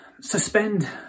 suspend